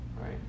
right